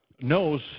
knows